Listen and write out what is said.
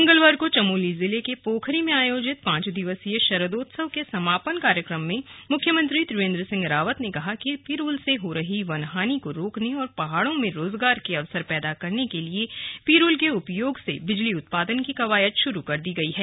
मंगलवार को चमोली जिले के पोखरी में आयोजित पांच दिवसीय शरदोत्सव के समापन कार्यक्रम में मुख्यमंत्री त्रिवेंद्र सिंह रावत ने कहा कि पिरूल से हो रही वन हानि को रोकने और पहाड़ों में रोजगार के अवसर पैदा करने के लिए पिरूल के उपयोग से बिजली उत्पादन की कवायद शुरू कर दी गई है